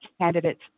candidates